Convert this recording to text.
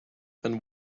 and